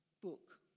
book